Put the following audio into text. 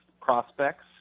prospects